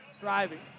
driving